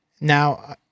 Now